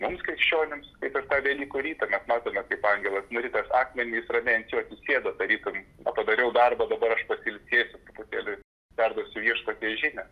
mums krikščionims kaip ir tą velykų rytą mes matome kaip angelas nuritęs akmenį jis ramiai ant jo atsisėdo tarytum padariau darbą dabar aš pasiilsėsiu pakeliui perduosiu viešpaties žinią